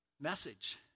Message